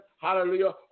hallelujah